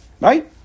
right